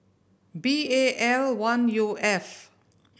B A L one U F